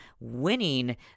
winning